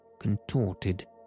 contorted